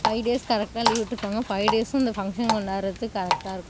five days கரெக்டாக leave விட்ருப்பாங்க five டேஸும் இந்த ஃபங்க்ஷன் கொண்டாடுறதுக்கு கரெக்டாக இருக்கும்